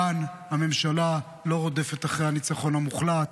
כאן הממשלה לא רודפת אחרי הניצחון המוחלט,